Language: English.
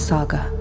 Saga